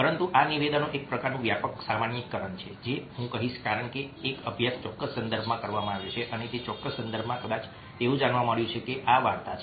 પરંતુ આ નિવેદનો એક પ્રકારનું વ્યાપક સામાન્યીકરણ છે જે હું કહીશ કારણ કે એક અભ્યાસ ચોક્કસ સંદર્ભમાં કરવામાં આવ્યો છે અને તે ચોક્કસ સંદર્ભમાં કદાચ એવું જાણવા મળ્યું છે કે આ વાર્તા છે